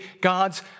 God's